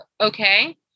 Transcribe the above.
Okay